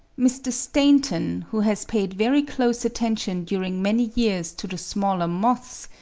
mr. stainton, who has paid very close attention during many years to the smaller moths,